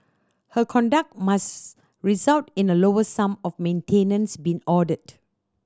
her conduct must result in a lower sum of maintenance being ordered